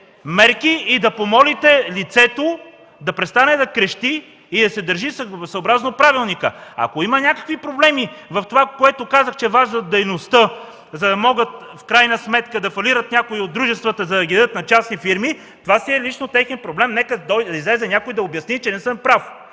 и да помолите лицето да престане да крещи и да се държи съобразно Правилника! Ако има някакви проблеми в това, което казах, че е важно за дейността, за да могат в крайна сметка да фалират някои от дружествата, за да ги дадат на частни фирми, това си е лично техен проблем. Нека да излезе някой и да обясни, че не съм прав!